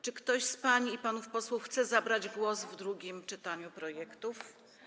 Czy ktoś z pań i panów posłów chce zabrać głos w drugim czytaniu projektów?